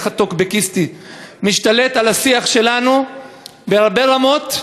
הטוקבקיסטי משתלט על השיח שלנו בהרבה רמות.